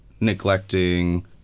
neglecting